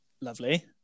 lovely